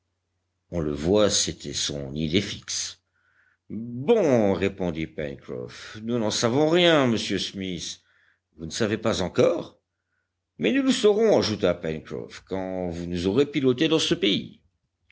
on le voit c'était son idée fixe bon répondit pencroff nous n'en savons rien monsieur smith vous ne savez pas encore mais nous le saurons ajouta pencroff quand vous nous aurez piloté dans ce pays